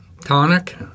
tonic